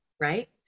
Right